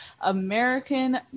american